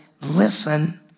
listen